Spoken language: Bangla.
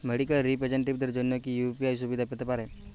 মেডিক্যাল রিপ্রেজন্টেটিভদের জন্য কি ইউ.পি.আই সুবিধা পেতে পারে?